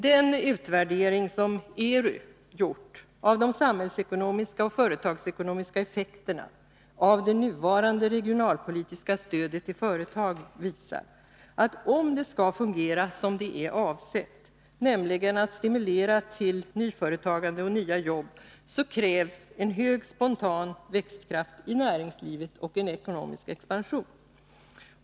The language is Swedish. Den utvärdering som ERU har gjort av de samhällsekonomiska och företagsekonomiska effekterna av det nuvarande regionalpolitiska stödet till företag visar att om det skall fungera som det är avsett — nämligen att stimulera till nyföretagande och nya jobb — krävs en hög spontan växtkraft i näringslivet och en ekonomisk expansion.